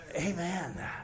Amen